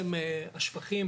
השפכים